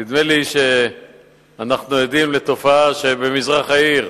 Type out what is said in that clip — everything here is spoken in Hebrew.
נדמה לי שאנחנו עדים לתופעה שבמזרח העיר,